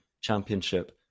Championship